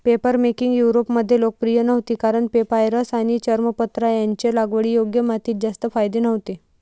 papermaking युरोपमध्ये लोकप्रिय नव्हती कारण पेपायरस आणि चर्मपत्र यांचे लागवडीयोग्य मातीत जास्त फायदे नव्हते